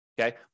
Okay